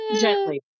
Gently